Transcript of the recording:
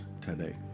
today